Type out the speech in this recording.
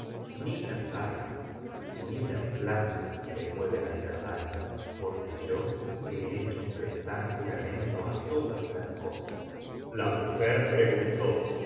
ni las armas ni las plantas le pueden hacer daño porque yo he hecho prestar juramento á todas las cosas la mujer preguntó